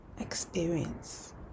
experience